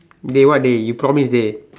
dey what dey you promised dey